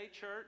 church